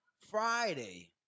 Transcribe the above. Friday